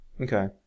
Okay